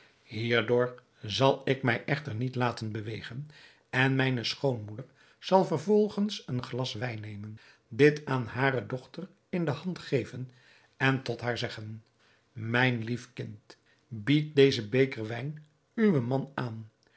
hierdoor zal ik mij echter niet laten bewegen en mijne schoonmoeder zal vervolgens een glas wijn nemen dit aan hare dochter in de hand geven en tot haar zeggen mijn lief kind bied dezen beker wijn uwen man aan